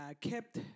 kept